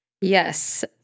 Yes